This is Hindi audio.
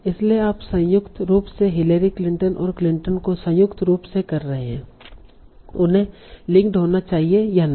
इसलिए आप संयुक्त रूप से हिलेरी क्लिंटन और क्लिंटन को संयुक्त रूप से कर रहे हैं उन्हें लिंक्ड होना चाहिए या नहीं